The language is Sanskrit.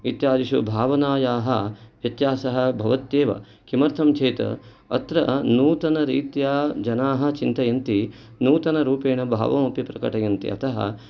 इत्यादिषु भावनायाः व्यत्यासः भवत्येव किमर्थञ्चेत् अत्र नूतनरीत्या जनाः चिन्तयन्ति नूतनरूपेण भावम् अपि प्रकटयन्ति अतः